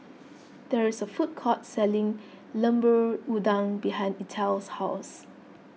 there is a food court selling Lemper Udang behind Ethyle's house